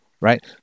Right